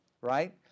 right